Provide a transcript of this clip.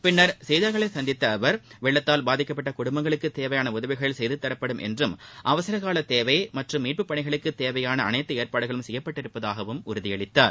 பின்னர் செய்தியாளர்களை சந்தித்த அவர் வெள்ளத்தால் பாதிக்கப்பட்ட குடும்பங்களுக்கு தேவையான உதவிகள் செய்து தரப்படும் என்றும் அவசரகாலத் தேவை மற்றும் மீட்புப்பணிகளுக்கு தேவையாள அனைத்து ஏற்பாடுகளும் செய்யப்பட்டிருப்பதாகவும் உறுதியளித்தார்